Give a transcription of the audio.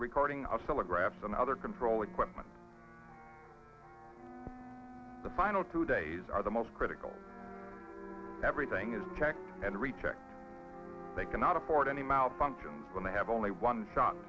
the recording of solid graphs and other control equipment the final two days are the most critical everything is checked and rechecked they cannot afford any mouth functions when they have only one shot